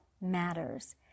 matters